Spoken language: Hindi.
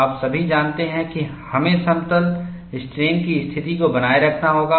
आप सभी जानते हैं कि हमें समतल स्ट्रेन की स्थिति को बनाए रखना होगा